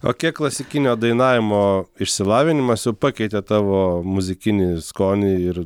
o kiek klasikinio dainavimo išsilavinimas jau pakeitė tavo muzikinį skonį ir